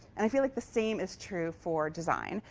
and i feel like the same is true for design.